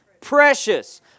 Precious